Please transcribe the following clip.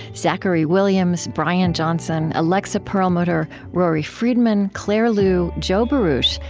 zachary williams, brian johnson, alexa perlmutter, rory frydman, claire liu, joe berusch,